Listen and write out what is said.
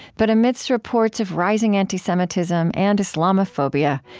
but amidst reports of rising anti-semitism and islamophobia,